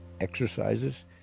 exercises